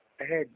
ahead